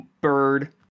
bird